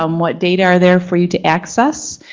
um what data are there for you to access,